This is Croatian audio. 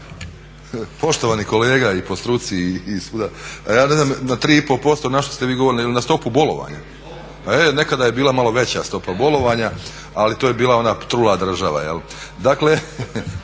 Poštovani kolega i po struci i svuda ja ne znam na 3,5% na što ste vi govorili? Jel na stopu bolovanja? E nekada je bila malo veća stopa bolovanja ali to je bila ona trula država jel'.